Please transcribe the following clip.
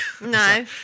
No